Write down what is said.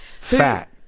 Fat